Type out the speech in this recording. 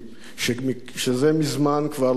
שזה מזמן כבר אינם עשבים.